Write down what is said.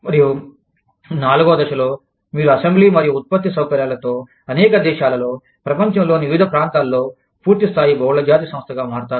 మరియు నాలుగవ దశలో మీరు అసెంబ్లీ మరియు ఉత్పత్తి సౌకర్యాలతో అనేక దేశాలలో ప్రపంచంలోని వివిధ ప్రాంతాలలో పూర్తి స్థాయి బహుళజాతి సంస్థగా మారతారు